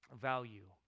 value